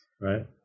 Right